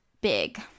big